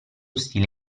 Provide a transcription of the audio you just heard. stile